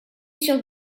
sur